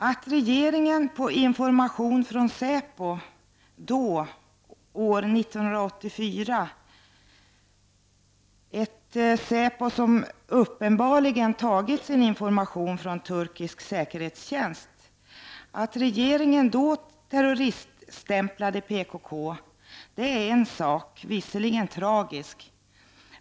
Att regeringen på information från säpo år 1984-— ett säpo som uppenbarligen tagit sin information från turkisk säkerhetstjänst — terroriststämplade PKK är en sak, visserligen tragisk.